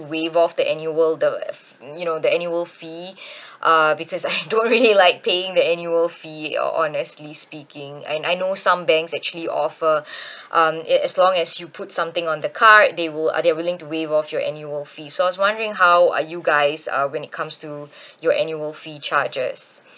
waive off the annual the f~ you know the annual fee uh because I don't really like paying the annual fee hon~ honestly speaking and I know some banks actually offer um as long as you put something on the card they will uh they're willing to waive off your annual fee so I was wondering how are you guys uh when it comes to your annual fee charges